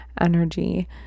energy